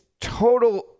total